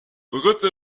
horace